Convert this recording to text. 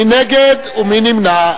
מי נגד ומי נמנע.